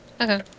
Okay